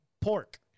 pork